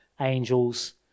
angels